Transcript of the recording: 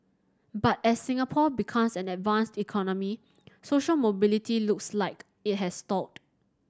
but as Singapore becomes an advanced economy social mobility looks like it has stalled